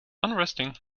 unresting